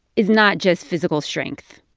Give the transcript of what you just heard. is not just physical strength?